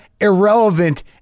irrelevant